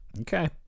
Okay